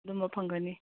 ꯑꯗꯨꯝꯕ ꯐꯪꯒꯅꯤ